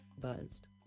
Buzzed